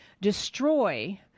Destroy